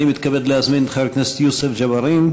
אני מתכבד להזמין את חבר הכנסת יוסף ג'בארין,